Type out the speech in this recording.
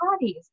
bodies